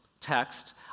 text